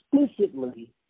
explicitly